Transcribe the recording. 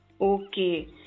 Okay